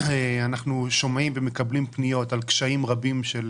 אנחנו שומעים ומקבלים פניות על קשיים רבים של